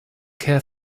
care